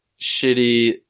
shitty